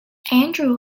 andrew